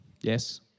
Yes